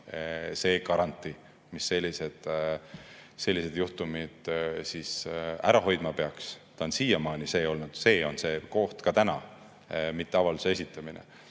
see garantii, mis sellised juhtumid ära hoidma peaks. See on siiamaani see olnud, see on see koht ka täna, mitte avalduse esitamine